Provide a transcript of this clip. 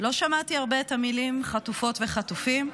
לא שמעתי הרבה את המילים "חטופות" ו"חטופים".